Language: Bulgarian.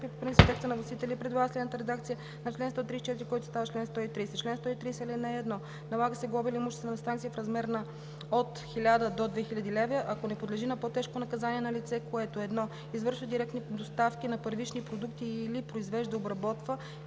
по принцип текста на вносителя и предлага следната редакция на чл. 134, който става чл. 130: „Чл. 130. (1) Налага се глоба или имуществена санкция в размер от 1000 до 2000 лв., ако не подлежи на по-тежко наказание, на лице, което: 1. извършва директни доставки на първични продукти и/или произвежда, обработва